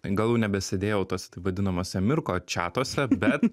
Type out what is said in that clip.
gal jau nebesėdėjau tuose taip vadinamuose mirko čiatuose bet